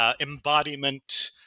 embodiment